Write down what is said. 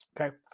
Okay